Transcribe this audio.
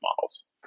models